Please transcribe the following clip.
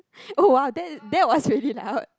oh !wow! that that was really loud